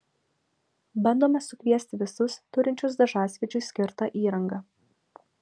bandome sukviesti visus turinčius dažasvydžiui skirtą įrangą